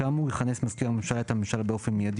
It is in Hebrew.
יכנס מזכיר הממשלה את הממשלה באופן מיידי